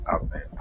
amen